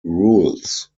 rules